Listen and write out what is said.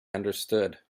understood